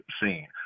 seen